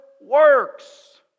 works